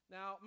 Now